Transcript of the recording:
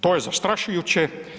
To je zastrašujuće.